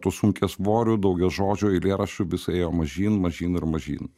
tų sunkiasvorių daugiažodžių eilėraščių vis ėjo mažyn mažyn ir mažyn